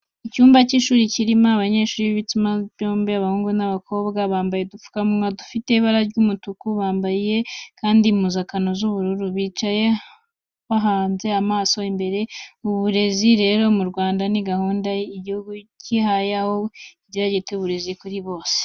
Icyumba cy'ishuri kirimo abanyeshuri b'ibitsina byombi, abahungu n'abakobwa. Bambaye udupfukamunwa dufite ibara ry'umutuku, bambaye kandi impuzankano z'ubururu, bicaye bahanze amaso imbere. Uburezi rero mu Rwanda ni gahunda igihugu cyihaye aho kigira kiti: "Uburezi kuri bose."